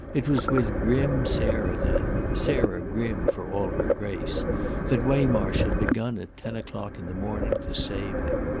it was with grim sarah then sarah grim for all her grace that waymarsh had begun at ten o'clock in the morning to save him.